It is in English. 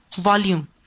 volume